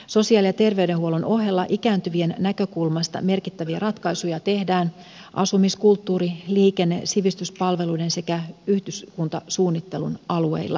sosiaali ja terveydenhuollon ohella ikääntyvien näkökulmasta merkittäviä ratkaisuja tehdään asumis kulttuuri liikenne sivistyspalveluiden sekä yhdyskuntasuunnittelun alueilla